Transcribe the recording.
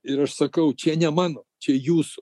ir aš sakau čia ne mano čia jūs